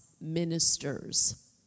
ministers